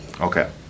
Okay